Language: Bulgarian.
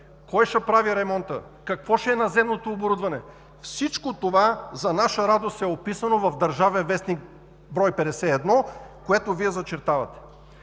кой ще прави ремонта; какво ще е наземното оборудване? Всичко това, за наша радост, е описано в „Държавен вестник“, брой 51, което Вие зачертавате.